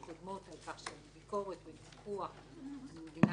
על כך שאין ביקורת ופיקוח - אני מבינה שזה